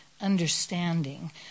understanding